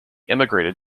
emigrated